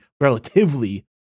relatively